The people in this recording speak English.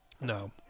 No